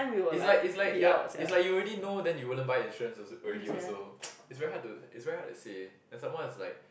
it's like it's like you're it's like you already know then you wouldn't buy insurance also already also it's very hard to it's very hard to say then some more it's like